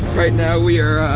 right now, we're ah,